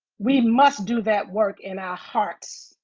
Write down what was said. we must do that work in our hearts,